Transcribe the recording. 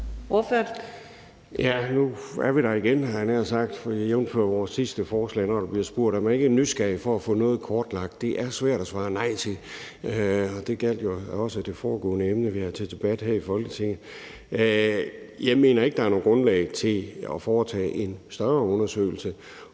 Nu er vi der igen, havde jeg nær sagt. Jævnfør vores sidste forslag, da der blev spurgt, om man ikke er nysgerrig i forhold til at få noget kortlagt. Det er svært at svare nej til. Og det gjaldt jo også det foregående emne, vi havde til debat her i Folketinget. Jeg mener ikke, der er noget grundlag for at foretage en større undersøgelse,